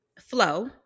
flow